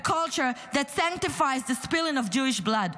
a culture that sanctifies the spilling of Jewish blood.